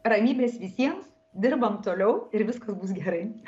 ramybės visiems dirbam toliau ir viskas bus gerai